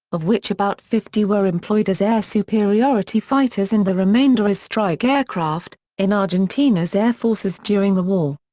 of which about fifty were employed as air superiority fighters and the remainder as strike aircraft, in argentina's air forces during the war.